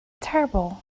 terrible